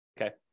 okay